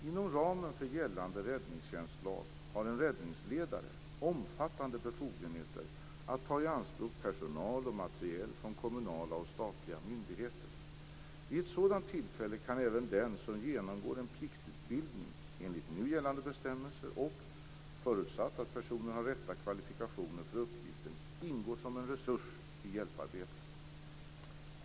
Inom ramen för gällande räddningstjänstlag har en räddningsledare omfattande befogenheter att ta i anspråk personal och materiel från kommunala och statliga myndigheter. Vid ett sådant tillfälle kan även den som genomgår en pliktutbildning enligt nu gällande bestämmelser och - förutsatt att personen har rätta kvalifikationer för uppgiften - ingå som en resurs i hjälparbetet.